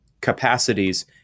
capacities